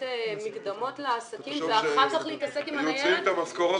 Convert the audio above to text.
מקדמות לעסקים ואחר כך להתעסק עם הניירת.